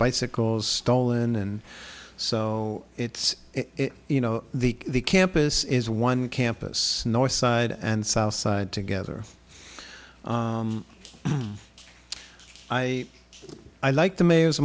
bicycles stolen and so it's you know the campus is one campus northside and southside together i i like the mayor's